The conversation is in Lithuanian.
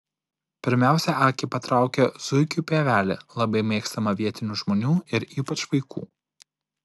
pirmiausia akį patraukia zuikių pievelė labai mėgstama vietinių žmonių ir ypač vaikų